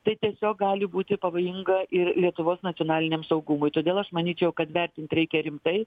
tai tiesiog gali būti pavojinga ir lietuvos nacionaliniam saugumui todėl aš manyčiau kad vertint reikia rimtai